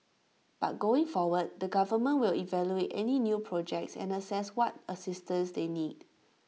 but going forward the government will evaluate any new projects and assess what assistance they need